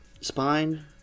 Spine